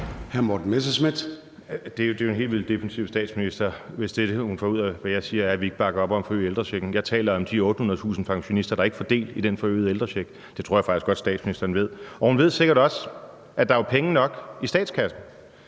Det er jo en helt vildt defensiv statsminister, hvis det er det, hun får ud af det, jeg siger, altså at vi ikke bakker op om at forøge ældrechecken. Jeg taler om de 800.000 pensionister, der ikke får del i den forøgede ældrecheck. Det tror jeg faktisk også godt statsministeren ved. Og hun ved sikkert også, at der er penge nok i statskassen.